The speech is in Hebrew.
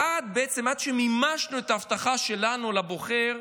עד שמימשנו את ההבטחה שלנו לבוחר,